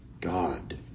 God